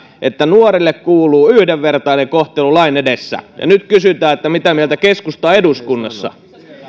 että nuorille kuuluu yhdenvertainen kohtelu lain edessä ja nyt kysytään mitä mieltä keskusta on eduskunnassa